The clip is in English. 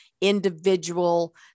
individual